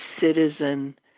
citizen